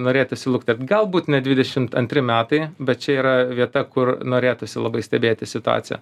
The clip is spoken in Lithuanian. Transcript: norėtųsi luktert galbūt ne dvidešimt antri metai bet čia yra vieta kur norėtųsi labai stebėti situaciją